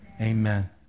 Amen